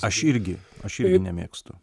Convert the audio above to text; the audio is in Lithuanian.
aš irgi aš irgi nemėgstu